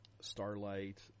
Starlight